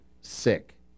sick